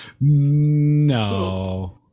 No